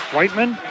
Whiteman